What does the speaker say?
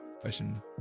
question